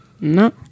No